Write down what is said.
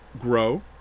grow